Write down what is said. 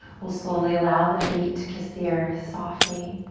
we'll slowly allow the feet to kiss the earthy softly.